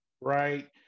right